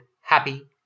happy